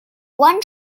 one